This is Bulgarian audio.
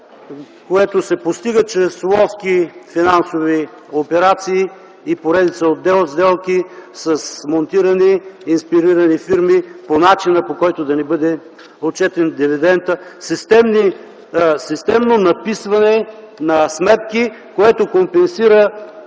което се постига чрез ловки финансови операции и поредица от сделки с монтирани, инспирирани фирми по начин, по който да не бъде отчетен дивидентът. Системно надписване на сметки, което компенсира